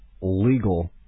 legal